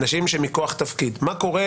אנשים שמכוח תפקיד מה קורה,